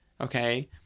Okay